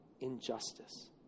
injustice